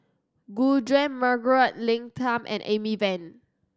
Gu Juan Margaret Leng Tan and Amy Van